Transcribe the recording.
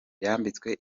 yambitswe